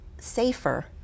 safer